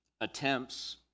attempts